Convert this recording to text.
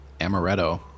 amaretto